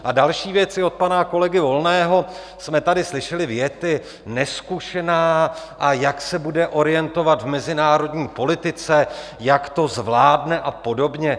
A další věc je: od pana kolegy Volného, jsme tady slyšeli věty nezkušená a jak se bude orientovat v mezinárodní politice, jak to zvládne a podobně.